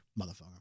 Motherfucker